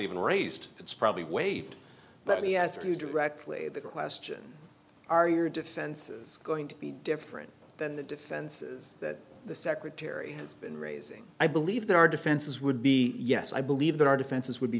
even raised it's probably wait let me ask you directly the question are your defenses going to be different than the defenses that the secretary has been raising i believe that our defenses would be yes i believe that our defenses would be